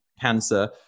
cancer